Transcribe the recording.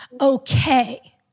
okay